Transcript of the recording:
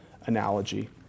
analogy